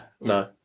no